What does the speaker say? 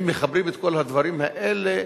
אם מחברים את כל הדברים האלה,